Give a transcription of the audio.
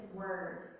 word